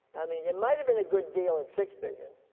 i mean, it might have been a good deal at six billion.